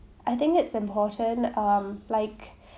I think it's important um like